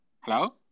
Hello